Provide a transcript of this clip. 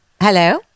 Hello